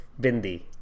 bindi